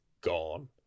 gone